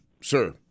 sir